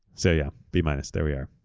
so, yeah b minus, there we are.